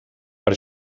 per